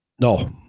No